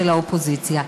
של האופוזיציה.